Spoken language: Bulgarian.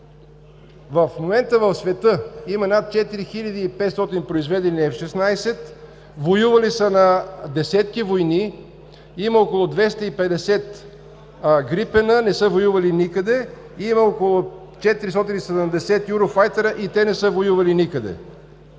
в момента в света има над 4500 произведени произведени 16, воювали са на десетки войни, има около 250 „Грипен“, не са воювали никъде, и има около 470 „Юрофайтър“ и те не са воювали никъде.